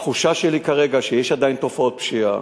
התחושה שלי כרגע היא שיש עדיין תופעות פשיעה,